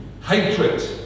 Hatred